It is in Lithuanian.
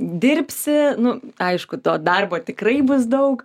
dirbsi nu aišku to darbo tikrai bus daug